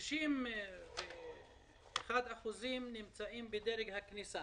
61% נמצאים בדרג הכניסה